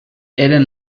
eren